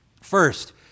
first